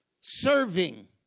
serving